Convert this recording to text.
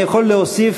אני יכול להוסיף,